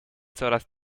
coraz